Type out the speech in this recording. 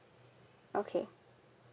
okay